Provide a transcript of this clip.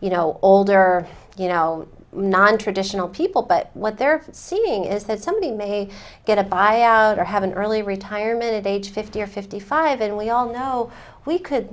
you know older you know nontraditional people but what they're seeing is that somebody may get a buyout or have an early retirement at age fifty or fifty five and we all know how we could